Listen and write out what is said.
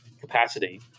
capacity